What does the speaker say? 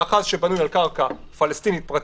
מאחז שבנוי על קרקע פלסטינית פרטית,